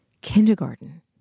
kindergarten